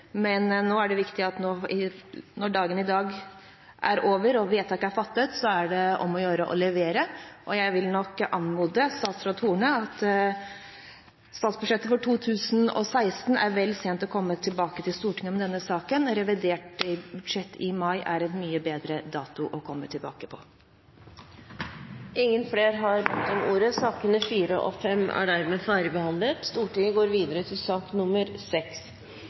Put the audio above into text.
når dagen i dag er over og vedtaket er fattet, er det om å gjøre å levere. I statsbudsjettet for 2016 er det vel sent å komme tilbake til Stortinget med denne saken. Jeg vil anmode statsråd Horne om å komme tilbake i revidert budsjett i mai. Det er en mye bedre dato. Flere har ikke bedt om ordet til sakene nr. 4 og 5. Etter ønske fra komiteen vil presidenten foreslå at taletiden blir begrenset til